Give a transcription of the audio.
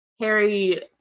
Harry